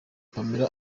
pamela